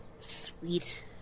Sweet